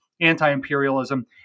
anti-imperialism